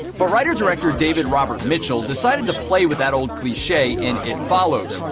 but writer-director david robert mitchell decided to play with that old cliche in it follows,